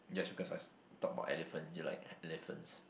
just because I talk about elephants you like elephants